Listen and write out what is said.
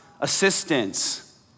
assistance